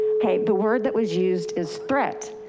okay, the word that was used is threat.